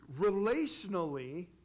relationally